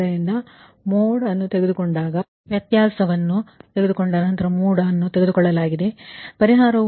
ಆದ್ದರಿಂದ ಅಲ್ಲಿ ನಾನು ಮೋಡ್ ಅನ್ನು ತೆಗೆದುಕೊಂಡಿದ್ದೇನೆ ಇಲ್ಲಿ ವ್ಯತ್ಯಾಸವನ್ನು ತೆಗೆದುಕೊಂಡ ನಂತರ ಮೋಡ್ ಅನ್ನು ತೆಗೆದುಕೊಳ್ಳಲಾಗಿದೆ ಇದು ಅದೇ ವಿಷಯವಾಗಿದೆ